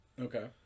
Okay